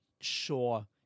Sure